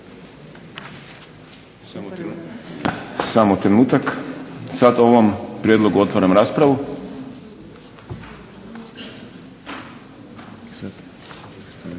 Samo trenutak. Sad o ovom prijedlogu otvaram raspravu.